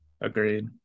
Agreed